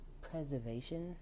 preservation